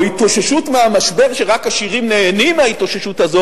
או התאוששות מהמשבר שרק עשירים נהנים ממנה,